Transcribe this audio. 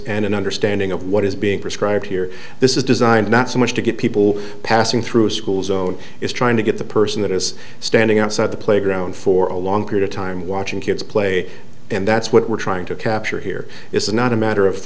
and an understanding of what is being prescribed here this is designed not so much to get people passing through a school zone is trying to get the person that is standing outside the playground for a long period of time watching kids play and that's what we're trying to capture here it's not a matter of